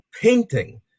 painting